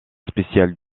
spéciale